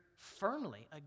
firmly